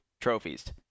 trophies